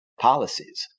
policies